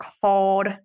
called